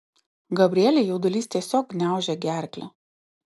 gabrielei jaudulys tiesiog gniaužė gerklę